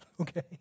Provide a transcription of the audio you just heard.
okay